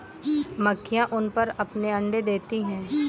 मक्खियाँ ऊन पर अपने अंडे देती हैं